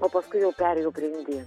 o paskui jau perėjau prie indėnų